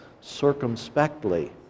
circumspectly